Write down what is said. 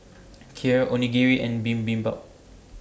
Kheer Onigiri and Bibimbap